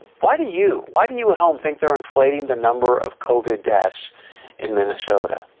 but you why do you at home think they're inflating the number of cova desh in minnesota?